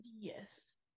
Yes